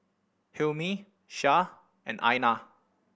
Hilmi Shah and Aina